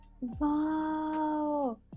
Wow